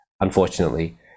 unfortunately